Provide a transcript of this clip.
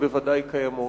שבוודאי קיימות,